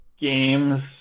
games